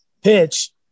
pitch